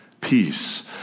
peace